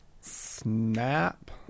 Snap